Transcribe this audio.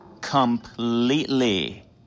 Completely